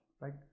right